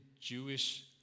Jewish